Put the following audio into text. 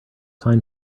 time